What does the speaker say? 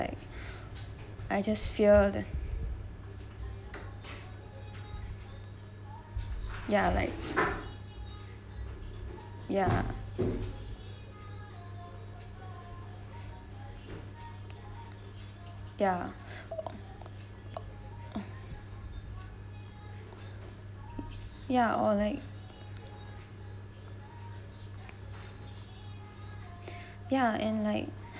like I just fear ya like ya ya like or like ya and like